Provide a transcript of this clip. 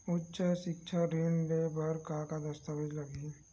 उच्च सिक्छा ऋण ले बर का का दस्तावेज लगही?